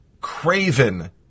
craven